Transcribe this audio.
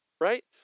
Right